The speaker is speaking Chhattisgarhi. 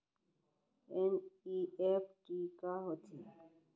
एन.ई.एफ.टी का होथे?